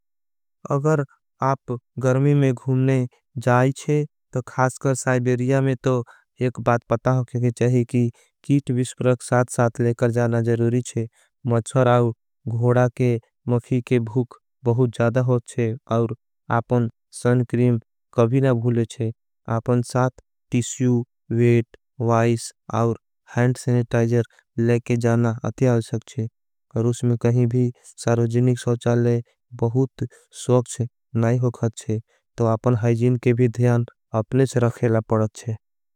अगर आप गर्मी में घूमने जायी छे तो खासकर साइबेरिया में तो। एक बात पता होगी कि चाही कि कीट विश्परक साथ साथ लेकर। जाना ज़रूरी छे मच्छराव घोडा के मखी के भूक बहुत ज़्यादा होत। छे और आपन संक्रीम कभी न भूले छे आपन साथ टिस्यू वेट। वाइस और हैंड सेनेटाजर लेकर जाना अत्याल सक छे और। उसमें कहीं भी सारोजीनिक सौचाले बहुत सूख छे नहीं होगा छे। तो आपन हाईजीन के भी ध्यान अपने से रखेला पड़त छे।